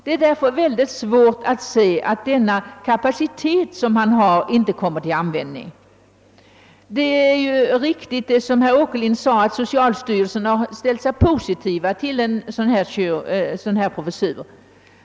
Det är därför svårt att behöva konstatera att docent Bellmans kapacitet inte kommer till användning. Det är riktigt som herr Åkerlind sade att socialstyrelsen ställt sig positiv till förslagen om den ifrågavarande professuren.